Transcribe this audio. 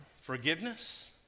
forgiveness